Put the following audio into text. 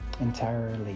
entirely